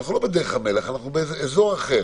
אנחנו לא בדרך המלך, אנחנו באיזה אזור אחר.